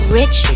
rich